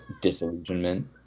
disillusionment